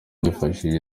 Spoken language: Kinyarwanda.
nifashishije